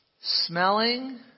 smelling